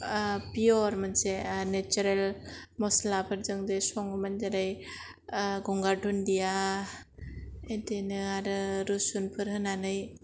पियर मोनसे नेटसारेल मसालाफोरजों जे सङोमोन जेरै गंगार दुन्दिया एदिनो आरो रुसुनफोर होनानै